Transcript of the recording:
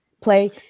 play